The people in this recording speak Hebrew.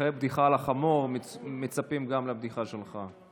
אחרי הבדיחה על החמור, מצפים גם לבדיחה שלך.